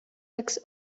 axe